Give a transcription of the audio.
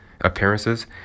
appearances